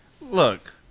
look